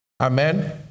Amen